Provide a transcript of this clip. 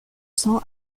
cents